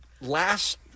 last